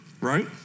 Right